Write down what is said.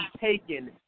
taken